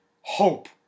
hope